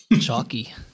Chalky